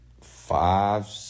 five